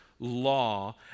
law